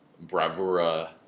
bravura